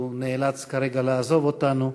הוא נאלץ כרגע לעזוב אותנו.